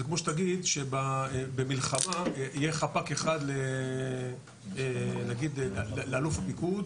זה כמו שתגיד שבמלחמה יהיה חפ"ק אחד לאלוף הפיקוד,